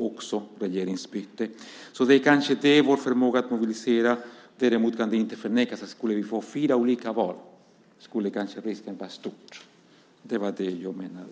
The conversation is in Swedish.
det också regeringsbyte. Det handlar alltså kanske inte om vår förmåga att mobilisera. Däremot kan det inte förnekas att risken för valtrötthet kanske skulle vara stor om vi fick fyra olika val. Det var det jag menade.